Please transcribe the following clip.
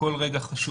כל רגע חשוב.